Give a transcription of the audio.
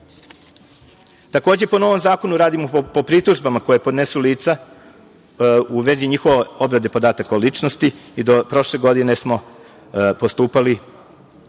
po novom zakonu radimo po pritužbama koje podnesu lica u vezi njihove obrade podataka o ličnosti i do prošle godine smo postupali